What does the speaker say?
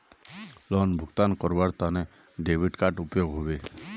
Loan भुगतान करवार केते डेबिट कार्ड उपयोग होबे?